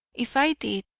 if i did,